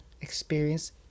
experience